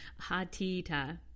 Hatita